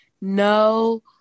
No